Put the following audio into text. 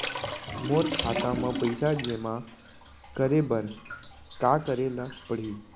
मोर खाता म पइसा जेमा करे बर का करे ल पड़ही?